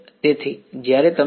તેથી જ્યારે તમે લો